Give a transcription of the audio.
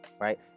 Right